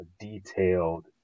detailed